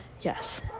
yes